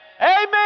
Amen